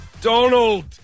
Donald